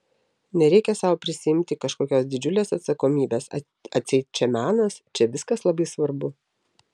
nereikia sau prisiimti kažkokios didžiulės atsakomybės atseit čia menas čia viskas labai svarbu